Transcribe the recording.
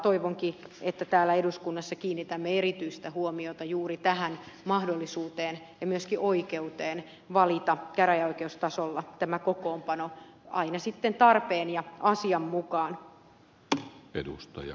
toivonkin että täällä eduskunnassa kiinnitämme erityistä huomiota juuri tähän mahdollisuuteen ja myöskin oikeuteen valita käräjäoikeustasolla tämä kokoonpano aina sitten tarpeen ja asian mukaan